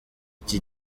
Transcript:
iki